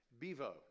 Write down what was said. Bevo